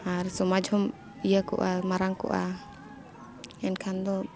ᱟᱨ ᱥᱚᱢᱟᱡᱽ ᱦᱚᱸ ᱤᱭᱟᱹ ᱠᱚᱜᱼᱟ ᱢᱟᱨᱟᱝ ᱠᱚᱜᱼᱟ ᱮᱱᱠᱷᱟᱱ ᱫᱚ